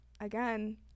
Again